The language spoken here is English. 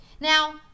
Now